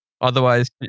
Otherwise